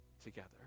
together